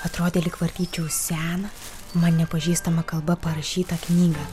atrodė lyg vartyčiau seną man nepažįstama kalba parašytą knygą